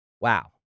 Wow